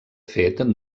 fet